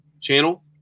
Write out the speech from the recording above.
channel